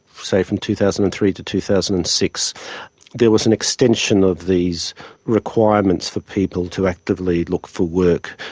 say, from two thousand and three to two thousand and six there was an extension of these requirements for people to actively look for work.